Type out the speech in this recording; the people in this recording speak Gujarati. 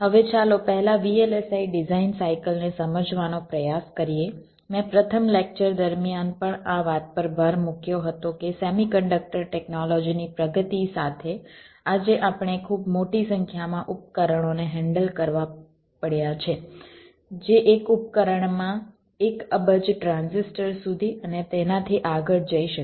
હવે ચાલો પહેલા VLSI ડિઝાઇન સાઇકલ ને સમજવાનો પ્રયાસ કરીએ મેં પ્રથમ લેક્ચર દરમિયાન પણ આ વાત પર ભાર મૂક્યો હતો કે સેમી કન્ડક્ટર ટેકનોલોજી ની પ્રગતિ સાથે આજે આપણે ખૂબ મોટી સંખ્યામાં ઉપકરણોને હેન્ડલ કરવા પડ્યા છે જે એક ઉપકરણમાં એક અબજ ટ્રાન્ઝિસ્ટર સુધી અને તેનાથી આગળ જઈ શકે છે